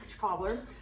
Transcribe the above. cobbler